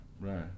right